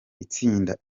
itsinda